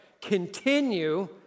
Continue